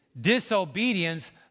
Disobedience